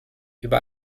über